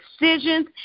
decisions